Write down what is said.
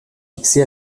fixé